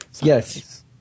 Yes